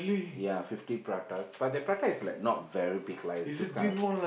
ya fifty pratas but the prata is not like very big is those kind of